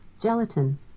Gelatin